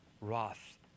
wrath